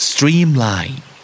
Streamline